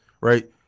right